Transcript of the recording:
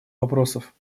вопросов